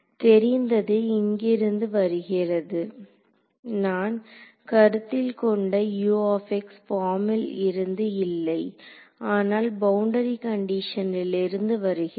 தெரிந்தது இங்கிருந்து வருகிறது நான் கருத்தில் கொண்ட பார்மில் இருந்து இல்லை ஆனால் பவுண்டரி கண்டிஷனில் இருந்து வருகிறது